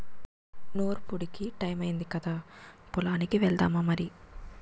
నూర్పుడికి టయమయ్యింది కదా పొలానికి ఎల్దామా మరి